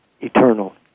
eternal